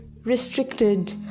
restricted